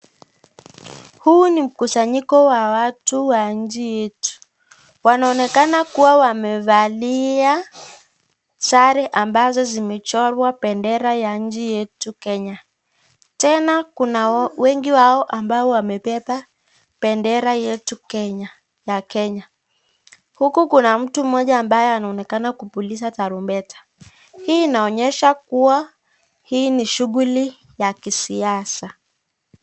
Huu ni mkusanyiko ya watu wa nchi yetu. Wanaonekana kuwa wamevalia sare ambazo zimechorwa bendera ya nchi yetu kenya. Tena kuna wengi wao amabao wamebeba bendera yetu ya kenya. Huku kuna mtu moja ambaye anaonekana kupuliza tarumbeta, hii inaonyesha kua hii ni shuguli ya kisiasa.